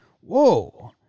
whoa